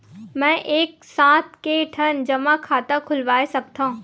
मैं एक साथ के ठन जमा खाता खुलवाय सकथव?